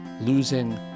losing